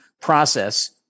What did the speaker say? process